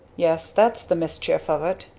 yes. that's the mischief of it!